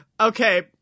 Okay